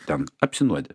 ten apsinuodija